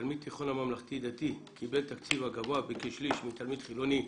תלמיד תיכון הממלכתי דתי קיבלת תקציב הגבוה בכשליש מתלמיד חילוני,